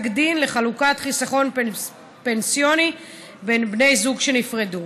דין לחלוקת חיסכון פנסיוני בין בני זוג שנפרדו.